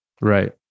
right